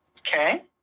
Okay